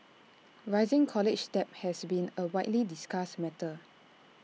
rising college debt has been A widely discussed matter